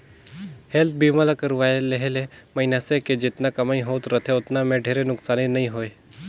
health बीमा ल करवाये लेहे ले मइनसे के जेतना कमई होत रथे ओतना मे ढेरे नुकसानी नइ होय